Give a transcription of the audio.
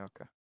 okay